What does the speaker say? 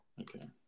Okay